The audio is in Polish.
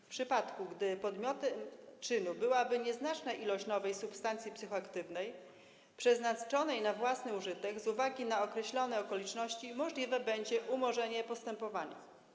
W wypadku gdy przedmiotem czynu byłaby nieznaczna ilość nowej substancji psychoaktywnej przeznaczonej na własny użytek z uwagi na określone okoliczności możliwe będzie umorzenie postępowania.